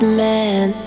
man